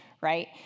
right